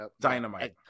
dynamite